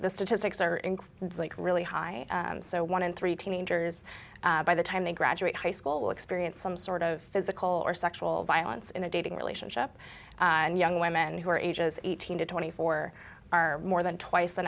the statistics are in really really high so one in three teenagers by the time they graduate high school will experience some sort of physical or sexual violence in a dating relationship and young women who are ages eighteen to twenty four are more than twice the